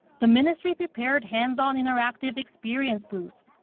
the ministry prepared hands-on interactive experience booths.